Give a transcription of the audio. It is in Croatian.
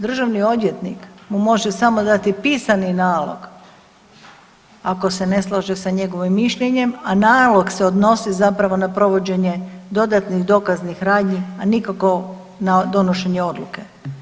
Državni odvjetnik mu može samo dati pisani nalog, ako se ne slaže sa njegovim mišljenjem, a nalog se odnosi zapravo na provođenje dodatnih dokaznih radnji a nikako na donošenje odluke.